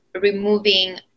removing